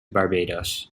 barbados